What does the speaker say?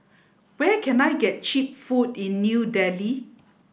where can I get cheap food in New Delhi